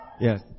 Yes